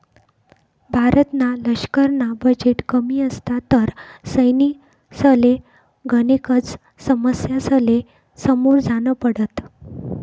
भारतना लशकरना बजेट कमी असता तर सैनिकसले गनेकच समस्यासले समोर जान पडत